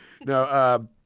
No